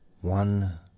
one